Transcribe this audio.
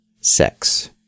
Sex